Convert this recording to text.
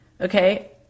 okay